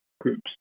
groups